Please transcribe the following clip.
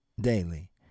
daily